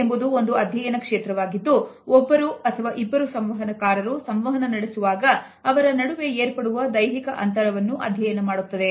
Proxemics ಎಂಬುದು ಒಂದು ಅಧ್ಯಯನ ಕ್ಷೇತ್ರವಾಗಿದ್ದು ಒಬ್ಬರು ಇಬ್ಬರು ಸಂವಹನಕಾರರು ಸಂವಹನ ನಡೆಸುವಾಗ ಅವರ ನಡುವೆ ಏರ್ಪಡುವ ದೈಹಿಕ ಅಂತರವನ್ನು ಅಧ್ಯಯನ ಮಾಡುತ್ತದೆ